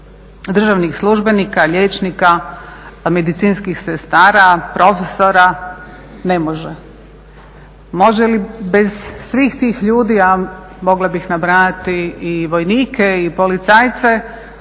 državnih službenika, liječnika, medicinskih sestara, profesora? Ne može. Može li bez svih tih ljudi, a mogla bih nabrajati i vojnike i policajce